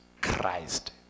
Christ